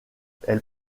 elle